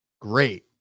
great